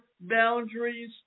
boundaries